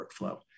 workflow